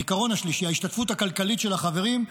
העיקרון השלישי: ההשתתפות הכלכלית של החברים,